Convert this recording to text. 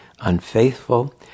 unfaithful